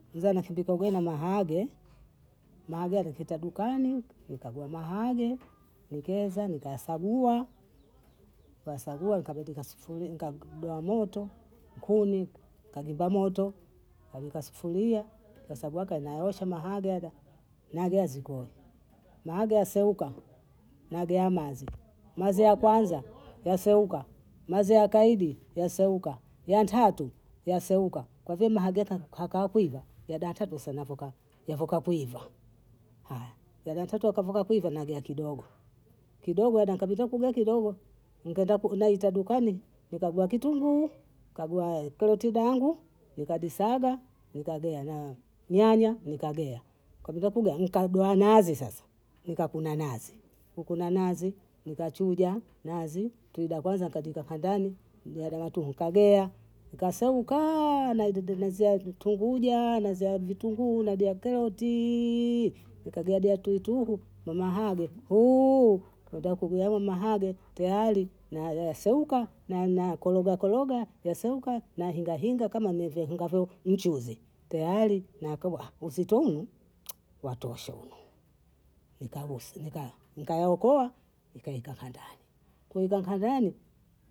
Nza kandika ugai na mahage, mahage alipita dukani nikagua mahage, nikeza, nikayasagua, kuyasagua nikagua moto, kuni, kajimba moto, kaweka sufuria, kwa sabu yake anayaosha mahage aga, mahage yazikua, mahage yaseuka, magia mazi, mazi ya kwanza yaseuka, mazi ya kaidi yaseuka, ya ntatu yaseuka, kwa vie mahage yetu hakaa kuiva yadata tusenavyokaa, yavyokaa kuiva. aya yanatantuaka kuiva nagia kidogo, kidogo anakamwita kidogo, nkenda naita dukani nikagua kitunguu, kagua koroti dangu, nikadisaga, nikagea na nyanya nikagea, kwamikapugani nikaduaa nazi sasa, nikakuna nazi, kukuna nazi, nikachuja nazi, tui la kwanza nikalikaga ndani, lie la tuhu nkagea, likaseukaa, naididimizia ntunguja, nazia vitunguu, nabia kerotiii, nikageagea tui tu kwa mahage utakugula huu mahage, teyari naayaseuka, ninakorogakoroga yaseuka nahingahinga kama niyaungavyo mchuzi, teyari nakabhoa usitumu watosha unu, nikawosi nikawaokoa, nikaeka ka ndani.